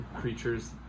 creatures